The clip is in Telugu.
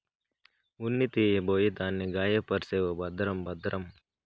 ఉన్ని తీయబోయి దాన్ని గాయపర్సేవు భద్రం భద్రం